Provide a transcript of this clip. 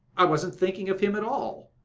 i wasn't thinking of him at all.